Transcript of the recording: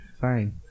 fine